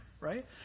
Right